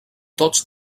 tots